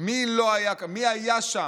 מי לא היה כאן, מי היה שם,